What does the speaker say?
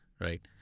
Right